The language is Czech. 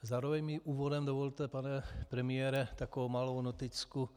Zároveň mi úvodem dovolte, pane premiére, takovou malou noticku.